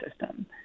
system